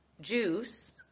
juice